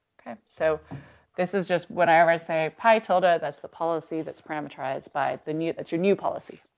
okay. so this is just whenever i say pi tilde ah that's the policy that's parameterized by the new that's your new policy.